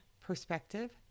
perspective